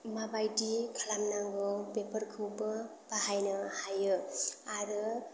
माबायदि खालामनांगौ बेफोरखौबो बाहायनो हायो आरो